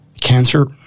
cancer